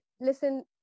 listen